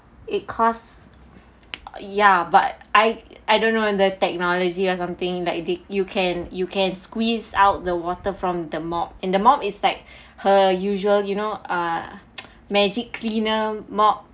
it cost ya but I I don't know whether technology or something like you can you can squeeze out the water from the mop and the mop is like her usual you know uh magic cleaner mop